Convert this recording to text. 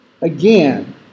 Again